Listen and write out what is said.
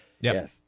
Yes